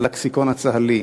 הלקסיקון הצה"לי,